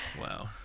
Wow